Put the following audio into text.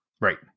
Right